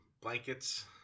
Blankets